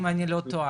אם אני לא טועה.